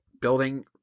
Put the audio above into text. building